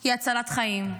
היא הצלת חיים,